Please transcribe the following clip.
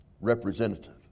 representative